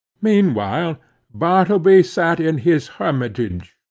meanwhile bartleby sat in his hermitage,